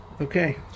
Okay